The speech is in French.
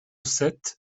sept